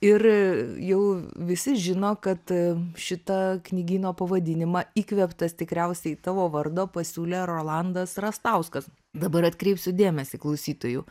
ir jau visi žino kad šitą knygyno pavadinimą įkvėptas tikriausiai tavo vardo pasiūlė rolandas rastauskas dabar atkreipsiu dėmesį klausytojų